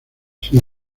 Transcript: sin